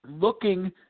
looking